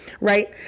right